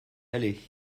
aller